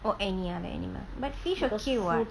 or any other animal but fish okay what